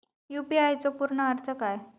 UPI चो पूर्ण अर्थ काय?